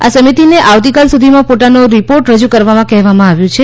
આ સમિતિને આવતીકાલ સુધીમાં પોતાનો રિપોર્ટ રજૂ કરવા કહેવામાં આવ્યું છે